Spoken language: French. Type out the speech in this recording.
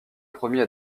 premier